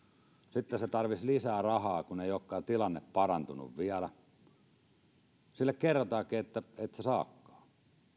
sitten se tarvitsisi lisää rahaa kun ei olekaan tilanne parantunut vielä ja sille kerrotaankin että et sinä saakaan